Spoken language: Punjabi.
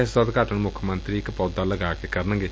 ਏਸ ਦਾ ਉਦਘਾਟਨ ਮੁੱਖ ਮੰਤਰੀ ਇਕ ਪੌਦਾ ਲਾ ਕੇ ਕਰਨਗੇ